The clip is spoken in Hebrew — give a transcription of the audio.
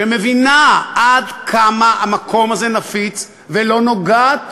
שמבינה עד כמה המקום הזה נפיץ ולא נוגעת